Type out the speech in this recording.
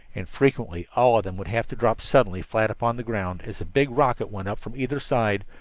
and frequently all of them would have to drop suddenly flat upon the ground as a big rocket went up from either side,